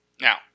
Now